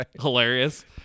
hilarious